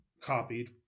copied